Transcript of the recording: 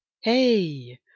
Hey